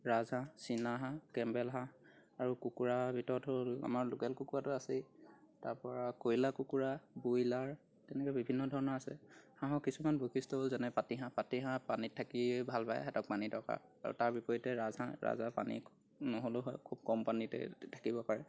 ৰাজহাঁহ চীনা হাঁহ কেম্বেল হাঁহ আৰু কুকুৰাৰ ভিতৰত হ'ল আমাৰ লোকেল কুকুৰাটো আছেই তাৰ পৰা কইলাৰ কুকুৰা ব্ৰইলাৰ তেনেকৈ বিভিন্ন ধৰণৰ আছে হাঁহৰ কিছুমান বৈশিষ্ট্যও যেনে পাতিহাঁহ পাতিহাঁহ পানীত থাকিয়েই ভাল পায় সিহঁতক পানী দৰকাৰ আৰু তাৰ বিপৰীতে ৰাজহাঁহ ৰাজহাঁহ পানী নহ'লেও হয় খুব কম পানীতেই থাকিব পাৰে